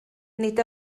nid